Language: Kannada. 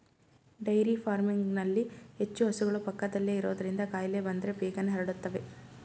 ಡೈರಿ ಫಾರ್ಮಿಂಗ್ನಲ್ಲಿ ಹೆಚ್ಚು ಹಸುಗಳು ಪಕ್ಕದಲ್ಲೇ ಇರೋದ್ರಿಂದ ಕಾಯಿಲೆ ಬಂದ್ರೆ ಬೇಗನೆ ಹರಡುತ್ತವೆ